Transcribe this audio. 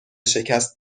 شکست